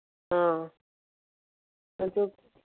ꯑꯥ ꯑꯗꯨ